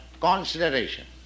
consideration